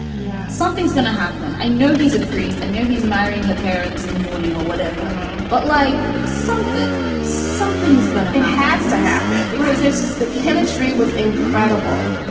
yeah, something's gonna happen. i know he's a priest. i know he's marrying her parents in the morning or whatever but like something something is gonna has to happen because just the chemistry was incredible.